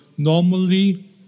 Normally